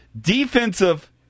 Defensive